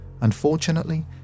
Unfortunately